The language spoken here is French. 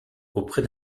auprès